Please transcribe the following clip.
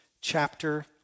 chapter